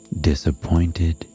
disappointed